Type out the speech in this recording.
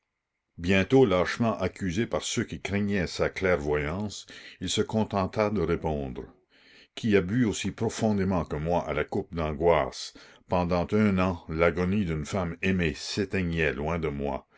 bientôt lâchement accusé par ceux qui craignaient sa clairvoyance il se contenta de répondre qui a bu aussi profondément que moi à la coupe d'angoisse pendant un an l'agonie d'une femme aimée s'éteignait loin de moi